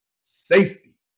Safety